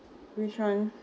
which [one]